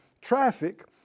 traffic